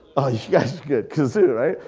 yeah good, gazoo right.